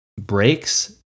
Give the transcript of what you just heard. breaks